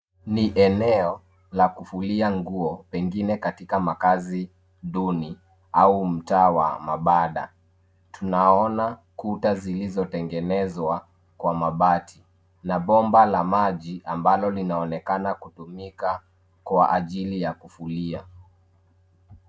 Ni eneo la kufulia nguo pengine katika makazi duni au mtaa wa mabanda. Tunaona kuta zilizotengenezwa kwa mabati na bomba la maji ambalo linaonekana kutumika kwa ajili ya kufulia.